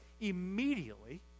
immediately